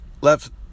left